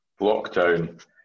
lockdown